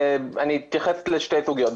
אני אתייחס לשתי סוגיות,